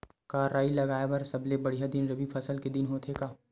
का राई लगाय बर सबले बढ़िया दिन रबी फसल के दिन होथे का?